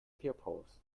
pupils